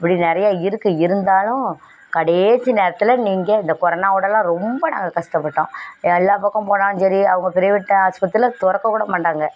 இப்படி நிறையா இருக்குது இருந்தாலும் கடைசி நேரத்தில் நீங்கள் இந்த கொரனாவோடலாம் ரொம்ப நாங்கள் கஷ்டபட்டோம் எல்லா பக்கம் போனாலும் சரி அவங்க ப்ரைவேட் ஆஸ்பத்திரியில் திறக்க கூட மாட்டாங்க